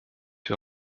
wir